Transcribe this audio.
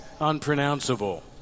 unpronounceable